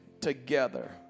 together